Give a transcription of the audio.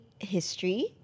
History